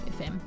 fm